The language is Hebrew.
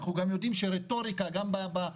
אנחנו גם יודעים שרטוריקה בדמוקרטיה